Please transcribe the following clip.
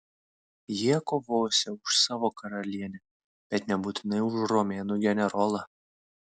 jie kovosią už savo karalienę bet nebūtinai už romėnų generolą